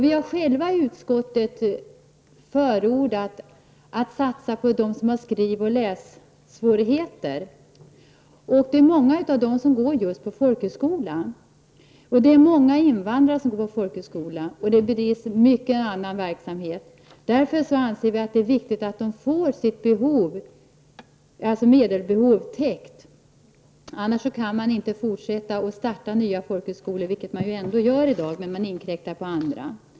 Vi har i utskottet förordat en satsning på dem som har skrivoch lässvårigheter, och det har många av dem som går just på folkhögskola, liksom många invandrare. Där bedrivs också mycken annan verksamhet, och därför är det viktigt att de får sitt medelsbehov täckt. Annars kanske man inte kan starta nya folkhögskolor — vilket man ändå gör i dag, men genom att inkräkta på andra.